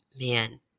man